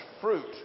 fruit